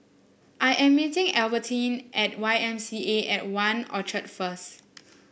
I am meeting Albertine at Y M C A At One Orchard first